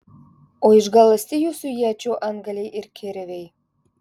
o išgaląsti jūsų iečių antgaliai ir kirviai